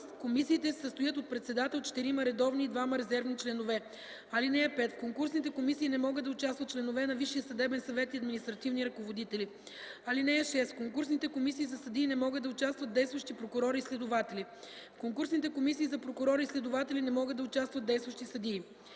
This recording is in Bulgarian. Комисиите се състоят от председател, четирима редовни и двама резервни членове. (5) В конкурсните комисии не могат да участват членове на Висшия съдебен съвет и административни ръководители. (6) В конкурсните комисии за съдии не могат да участват действащи прокурори и следователи. В конкурсните комисии за прокурори и следователи не могат да участват действащи съдии.